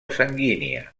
sanguínia